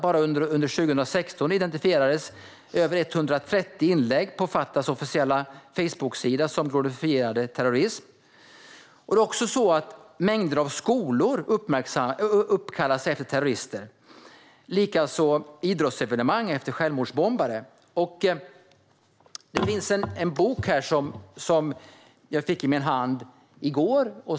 Bara under 2016 identifierades på Fatahs officiella Facebooksida över 130 inlägg som glorifierade terrorism. Det är också så att mängder av skolor uppkallas efter terrorister och likaså idrottsevenemang efter självmordsbombare. Det finns en bok som jag fick i min hand i går.